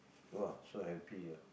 !wah! so happy ah